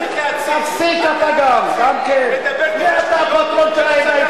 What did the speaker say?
ראיתי איך אתה דואג לעדה האתיופית